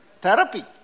therapy